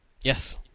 Yes